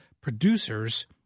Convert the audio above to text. producers